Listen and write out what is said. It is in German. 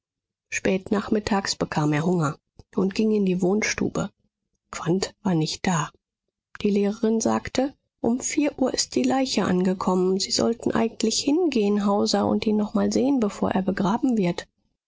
spät nachmittags bekam er hunger und ging in die wohnstube quandt war nicht da die lehrerin sagte um vier uhr ist die leiche angekommen sie sollten eigentlich hingehen hauser und ihn nochmal sehen bevor er begraben wird